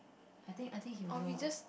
I think I think he will know lah